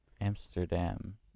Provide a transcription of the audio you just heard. amsterdam